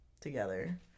together